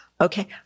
Okay